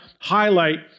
highlight